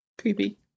Creepy